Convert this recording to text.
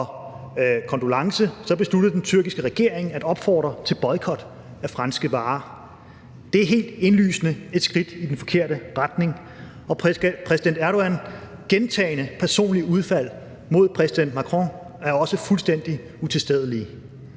og kondolence besluttede den tyrkiske regering at opfordre til boykot af franske varer. Det er helt indlysende et skridt i den forkerte retning, og præsident Erdogans gentagne personlig udfald mod præsident Macron er også fuldstændig utilstedelige.